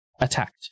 attacked